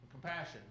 compassion